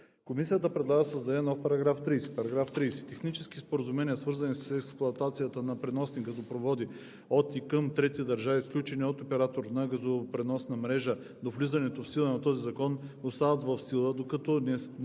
Комисията предлага да се създаде нов § 30: „§ 30. (1) Технически споразумения, свързани с експлоатацията на преносни газопроводи от и към трети държави, сключени от оператор на газопреносна мрежа до влизането в сила на този закон, остават в сила, доколкото не противоречат